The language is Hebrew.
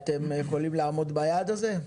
אתם יכולים לעמוד ביעד הזה?